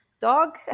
dog